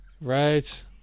right